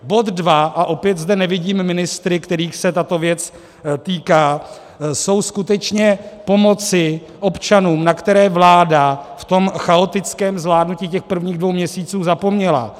Bod 2 a opět zde nevidím ministry, kterých se tato věc týká, jsou skutečně pomoci občanům, na které vláda v tom chaotickém zvládnutí těch prvních dvou měsíců zapomněla.